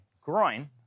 groin